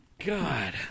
God